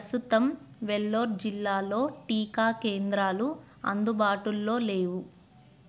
ప్రస్తుతం వెల్లోర్ జిల్లాలో టీకా కేంద్రాలు అందుబాటుల్లో లేవు